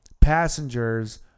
passengers